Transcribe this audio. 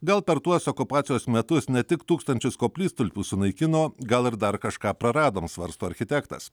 gal per tuos okupacijos metus ne tik tūkstančius koplytstulpių sunaikino gal ir dar kažką praradom svarsto architektas